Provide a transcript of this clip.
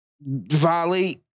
violate